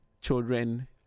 children